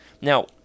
Now